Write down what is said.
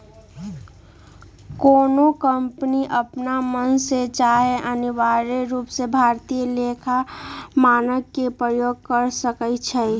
कोनो कंपनी अप्पन मन से चाहे अनिवार्य रूप से भारतीय लेखा मानक के प्रयोग कर सकइ छै